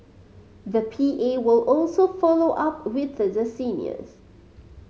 the P A will also follow up with the seniors